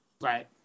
Right